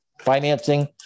financing